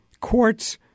quartz